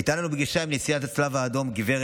הייתה לנו פגישה עם נשיאת הצלב האדום גב'